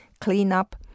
cleanup